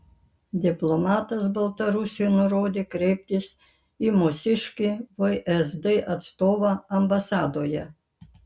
diplomatas baltarusiui nurodė kreiptis į mūsiškį vsd atstovą ambasadoje